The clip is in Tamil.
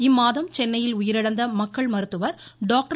இம்மாதம் சென்னையில் உயிரிழந்த மக்கள் மருத்துவர் டாக்டர்